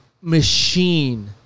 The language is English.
machine